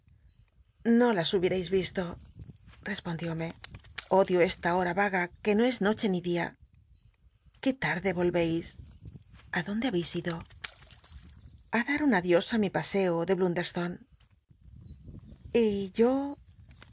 no las hubietais isto respondiómc odio esta hora raga que no es noche ni dia qué latdc roheis a donde ha beis ido a dar un adios í mi paseo de dlundcrslone y yo